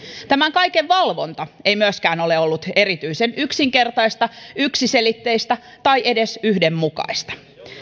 tämän kaiken valvonta ei myöskään ole ollut erityisen yksinkertaista yksiselitteistä tai edes yhdenmukaista